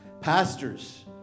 Pastors